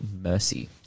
mercy